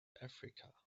africa